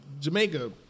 Jamaica